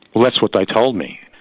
well, that's what they told me.